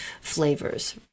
flavors